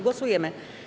Głosujemy.